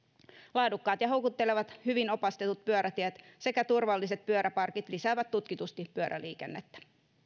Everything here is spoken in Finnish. laadukkaat ja houkuttelevat hyvin opastetut pyörätiet sekä turvalliset pyöräparkit lisäävät tutkitusti pyöräliikennettä